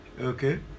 Okay